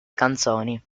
canzoni